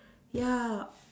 ya